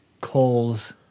calls